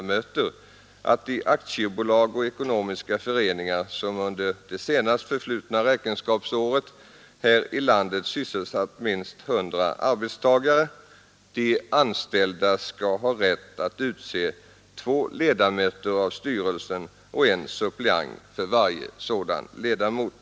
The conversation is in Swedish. möter, att i aktiebolag och ekonomiska föreningar, som under det senast förflutna räkenskapsåret här i landet sysselsatt minst 100 arbetstagare, skall dessa ha rätt att utse två ledamöter av styrelsen och en suppleant för varje sådan ledamot.